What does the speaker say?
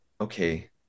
okay